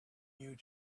you